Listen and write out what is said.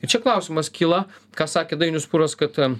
ir čia klausimas kyla ką sakė dainius pūras kad